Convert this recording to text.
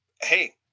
Hey